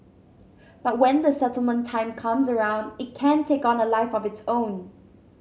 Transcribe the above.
but when the settlement time comes around it can take on a life of its own